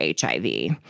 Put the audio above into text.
HIV